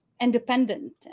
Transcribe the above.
independent